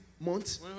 months